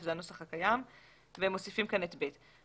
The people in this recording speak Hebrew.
זה הנוסח הקיים ואנחנו מוסיפים כאן את (ב).